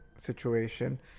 situation